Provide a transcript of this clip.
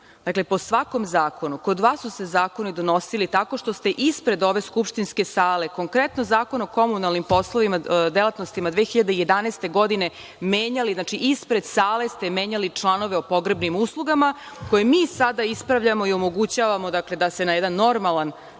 praksi. Dakle, po svakom zakonu, kod vas su se zakoni donosili tako što ste ispred ove skupštinske sale, konkretno Zakon o komunalnim poslovima, delatnostima 2011. godine menjali, ispred sale ste menjali članove o pogrebnim uslugama koje mi sada ispravljamo i omogućavamo da se na jedan normalan